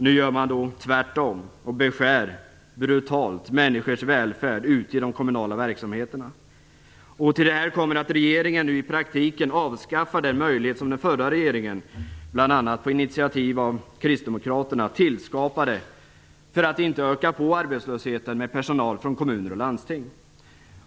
Nu gör man tvärtom och beskär brutalt människors välfärd ute i de kommunala verksamheterna. Till detta kommer att regeringen nu i praktiken avskaffar den möjlighet som den förra regeringen tillskapade, bl.a. på initiativ på kristdemokraterna, för att inte öka arbetslösheten bland personal från kommuner och landsting.